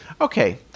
Okay